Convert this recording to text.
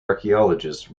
archaeologist